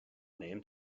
named